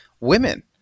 women